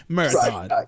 Marathon